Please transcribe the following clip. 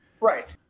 Right